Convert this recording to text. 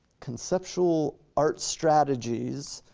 conceptual art strategies,